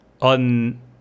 on